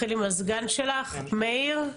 נתחיל עם הסגן שלך, מאיר.